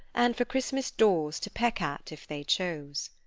and for christmas daws to peck at if they chose.